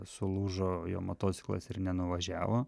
sulūžo jo motociklas ir nenuvažiavo